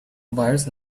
wires